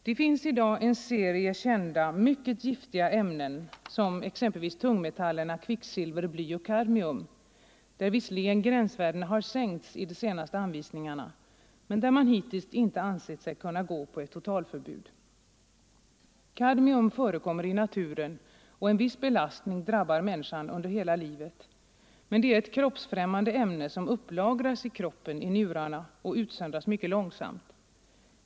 Det finns i dag en serie kända mycket giftiga ämnen, exempelvis tungmetallerna kvicksilver, bly och kadmium där visserligen gränsvärdena har sänkts i de senaste anvisningarna men där man hittills inte ansett sig kunna gå på ett totalförbud. Kadmium förekommer i naturen, och en viss belastning drabbar människan under hela livet, men det är ett kroppsfrämmande ämne som upplagras i kroppen — i njurarna — och utsöndras mycket långsamt.